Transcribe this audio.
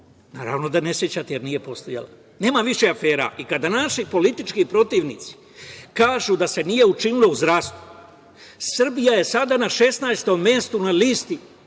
Naravno, da se ne sećate, jer nije postojala. Nema više afera. I kada naši politički protivnici kažu da se nije učinilo u zdravstvu, Srbija je sada na 16 mestu na listi